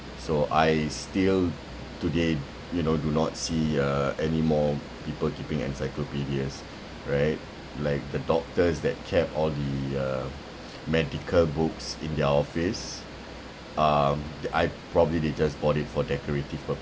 so I still today you know do not see uh anymore people keeping encyclopedias right like the doctors that kept all the uh medical books in their office uh th~ I probably they just bought it for decorative pur~